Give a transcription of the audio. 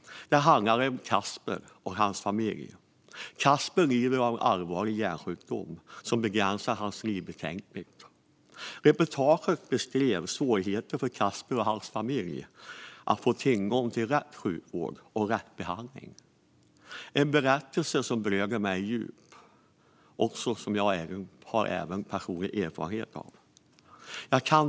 Det handlade om Kasper och hans familj. Kasper lider av en allvarlig hjärnsjukdom som begränsar hans liv betänkligt. Reportaget beskrev svårigheterna för Kasper och hans familj att få tillgång till rätt sjukvård och rätt behandling. Detta var en berättelse som berörde mig djupt, och jag har även personlig erfarenhet av detta.